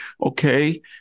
okay